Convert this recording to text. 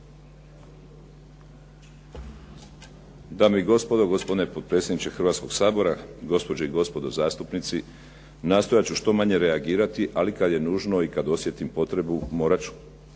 Dame i gospodo, gospodine potpredsjedniče Hrvatskog sabora, gospođe i gospodo zastupnici. Nastojat ću što manje reagirati, ali kada je nužno i kada osjetim potrebu, morat ću,